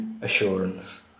assurance